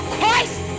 Christ